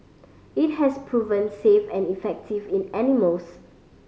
it has proven safe and effective in animals